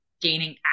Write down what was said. gaining